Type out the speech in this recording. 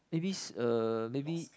maybe uh maybe